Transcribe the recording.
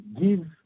give